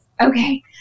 Okay